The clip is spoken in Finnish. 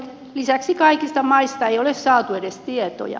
lisäksi kaikista maista ei ole saatu edes tietoja